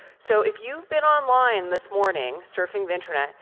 so if you've been online this morning surfing the internet,